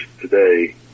today